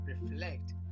reflect